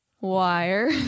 Wire